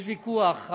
יש ויכוח,